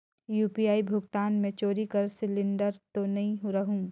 UPI भुगतान मे चोरी कर सिलिंडर तो नइ रहु?